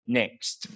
next